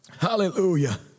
hallelujah